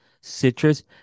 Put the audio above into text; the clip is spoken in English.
citrus